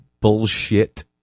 bullshit